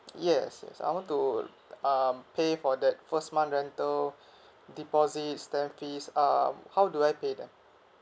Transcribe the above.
yes yes I want to um pay for that first month rental deposits stamp fees um how do I pay them